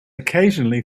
occasionally